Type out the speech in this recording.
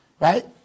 Right